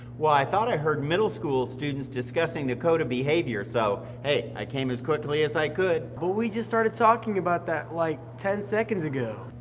well i thought i heard middle school students discussing the code of behavior so, hey, i came as quickly as i could. but we just started talking about that like ten seconds ago.